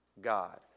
God